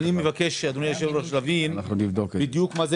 אני מבקש אדוני היושב ראש להבין בדיוק מה זה